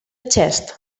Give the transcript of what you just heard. xest